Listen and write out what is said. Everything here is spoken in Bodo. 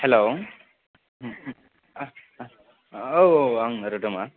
हेलौ औ औ आं रोदोमा